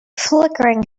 flickering